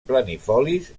planifolis